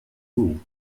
wool